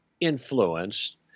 influenced—